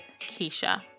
keisha